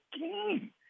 game